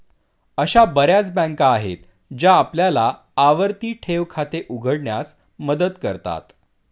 अशा बर्याच बँका आहेत ज्या आपल्याला आवर्ती ठेव खाते उघडण्यास मदत करतात